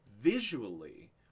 Visually